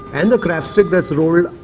and the crabstick that's rolled.